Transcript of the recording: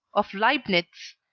of leibnitz,